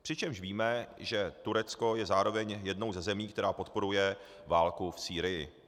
Přičemž víme, že Turecko je zároveň jednou ze zemí, která podporuje válku v Sýrii.